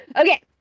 Okay